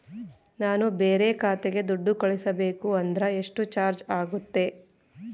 ನಾನು ಬೇರೆ ಖಾತೆಗೆ ದುಡ್ಡು ಕಳಿಸಬೇಕು ಅಂದ್ರ ಎಷ್ಟು ಚಾರ್ಜ್ ಆಗುತ್ತೆ?